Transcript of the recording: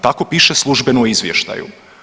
Tako piše službeno u izvještaju.